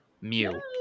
Mew